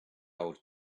old